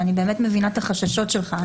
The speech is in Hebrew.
אני באמת מבינה את החששות שלך.